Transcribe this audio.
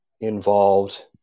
involved